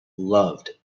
loved